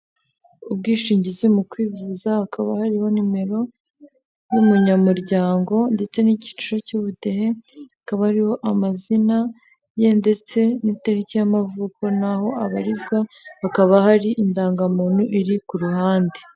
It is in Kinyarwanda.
Ubwishingizi mu kwivuza hakaba hariho nimero y'umunyamuryango ndetse n'icyiciro cy'ubudehe akaba ariho amazina ye ndetse n'itariki y'amavuko naho abarizwa bakaba hari indangamuntu iri ku ruhande.